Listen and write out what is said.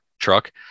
truck